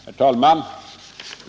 Nr 74 Herr talman!